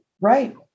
right